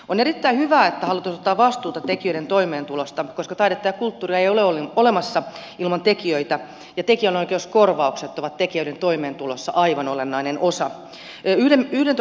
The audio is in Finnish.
on erittäin hyvä että hallitus ottaa vastuuta tekijöiden toimeentulosta koska taidetta ja kulttuuria ei ole olemassa ilman tekijöitä ja tekijänoikeuskorvaukset ovat tekijöiden toimeentulossa aivan olennainen osa